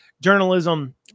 journalism